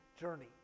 journey